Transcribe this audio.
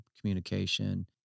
communication